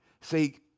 See